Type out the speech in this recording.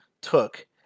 took